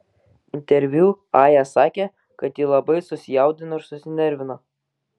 interviu aja sakė kad ji labai susijaudino ir susinervino